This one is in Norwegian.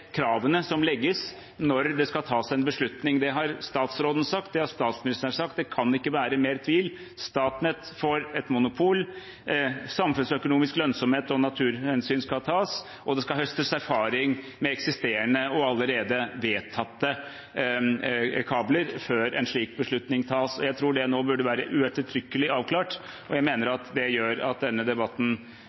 kravene som legges inn når det skal tas en beslutning. Det har statsråden sagt, det har statsministeren sagt, det kan ikke være mer tvil: Statnett får et monopol. Hensyn til samfunnsøkonomisk lønnsomhet og natur skal tas, og det skal høstes erfaring med eksisterende og allerede vedtatte kabler før en slik beslutning tas. Jeg tror det nå burde være ettertrykkelig avklart, og jeg mener at det gjør at denne debatten